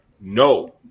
No